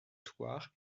thouars